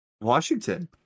Washington